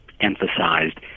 emphasized